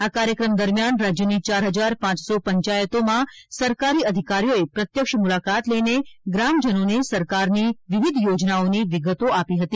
આ કાર્યક્રમ દરમ્યાન રાજયની ચાર હજાર પાંચસો પંચાયતોમાં સરકારી અધિકારીઓએ પ્રત્યક્ષ મુલાકાત લઈને ગ્રામજનોને સરકારની વિવિધ યોજનાઓની વિગતો આપી હતી